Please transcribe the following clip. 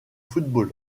football